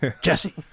Jesse